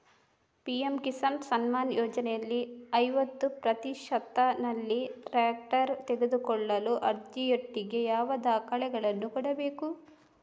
PM Kisan Samman ಯೋಜನೆಯಲ್ಲಿ ಐವತ್ತು ಪ್ರತಿಶತನಲ್ಲಿ ಟ್ರ್ಯಾಕ್ಟರ್ ತೆಕೊಳ್ಳಲು ಅರ್ಜಿಯೊಟ್ಟಿಗೆ ಯಾವ ದಾಖಲೆಗಳನ್ನು ಇಡ್ಬೇಕು?